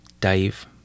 Dave